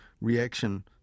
reaction